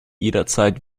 jederzeit